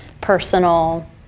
personal